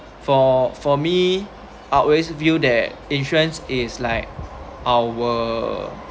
for for me I always view that insurance is like our